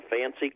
fancy